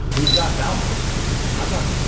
we've got balfour abba,